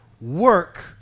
Work